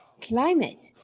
Climate